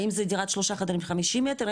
האם זה דירת שלושה חדרים 50 מטר,